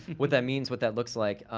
what that means, what that looks like.